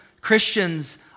Christians